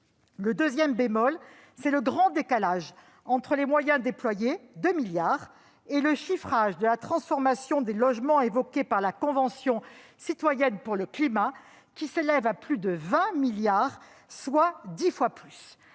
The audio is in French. Le second bémol, c'est le grand décalage entre les moyens déployés- 2 milliards d'euros -et le chiffrage de la transformation des logements évoqué par la Convention citoyenne pour le climat, qui s'élève à plus de 20 milliards, soit dix fois plus.